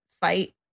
fight